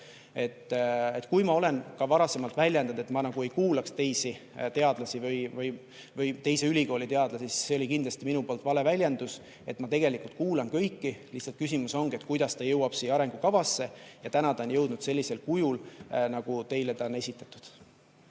Kui ma olen ka varasemalt väljendunud nii, nagu ma ei kuulaks teisi teadlasi või teise ülikooli teadlasi, siis see oli kindlasti minu vale väljendus. Ma tegelikult kuulan kõiki, lihtsalt küsimus ongi selles, kuidas ta jõuab siia arengukavasse. Ja täna ta on jõudnud sellisel kujul, nagu ta on teile esitanud.